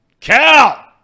Cal